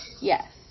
Yes